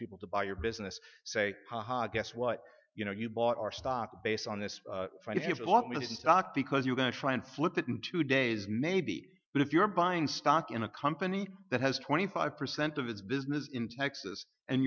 people to buy your business say guess what you know you bought our stock based on this lot really stock because you're going to try and flip it in two days maybe but if you're buying stock in a company that has twenty five percent of its business in texas and